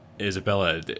Isabella